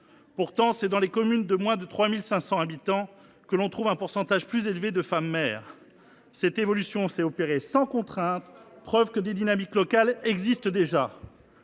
Pourtant, c’est dans les communes de moins de 3 500 habitants que l’on trouve le pourcentage le plus élevé de femmes maires. Bravo ! Cette évolution s’est opérée sans contrainte, preuve que des dynamiques locales existent déjà.